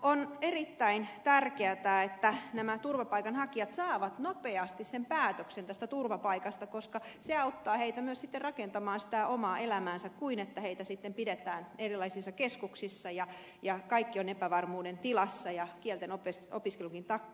on erittäin tärkeätä että nämä turvapaikanhakijat saavat nopeasti päätöksen turvapaikasta koska se auttaa heitä myös sitten rakentamaan sitä omaa elämäänsä sen sijaan että heitä pidetään erilaisissa keskuksissa ja kaikki on epävarmuuden tilassa ja kielten opiskelukin takkuaa